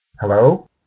Hello